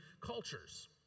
cultures